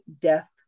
death